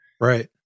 Right